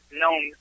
known